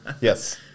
yes